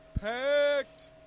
Packed